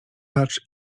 patrz